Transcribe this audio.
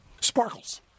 Sparkles